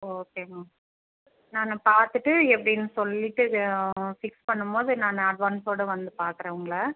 okay ma'am நான் பார்த்துட்டு எப்படின்னு சொல்லிவிட்டு பிக்ஸ் பண்ணும் போது நான் அட்வான்ஸோட வந்து பார்க்குறேன் உங்களை